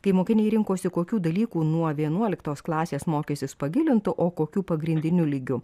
kai mokiniai rinkosi kokių dalykų nuo vienuoliktos klasės mokysis pagilintu o kokių pagrindiniu lygiu